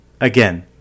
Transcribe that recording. again